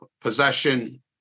possession